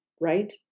right